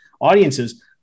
audiences